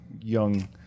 young